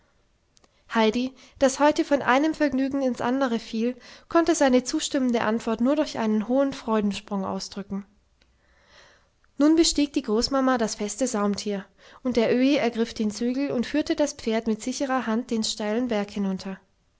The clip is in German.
heidi das heute von einem vergnügen ins andere fiel konnte seine zustimmende antwort nur durch einen hohen freudensprung ausdrücken nun bestieg die großmama das feste saumtier und der öhi ergriff den zügel und führte das pferd mit sicherer hand den steilen berg hinunter